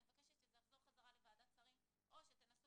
אני מבקשת שזה יחזור לוועדת השרים או שתנסו